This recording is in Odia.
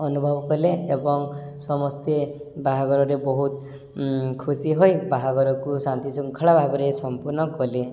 ଅନୁଭବ କଲେ ଏବଂ ସମସ୍ତେ ବାହାଘରରେ ବହୁତ ଖୁସି ହୋଇ ବାହାଘରକୁ ଶାନ୍ତିଶୃଙ୍ଖଳା ଭାବରେ ସମ୍ପୂର୍ଣ୍ଣ କଲେ